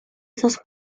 esos